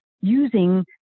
using